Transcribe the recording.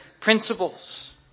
principles